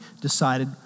decided